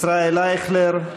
ישראל אייכלר,